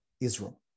Israel